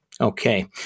okay